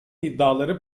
iddiaları